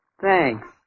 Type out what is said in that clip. Thanks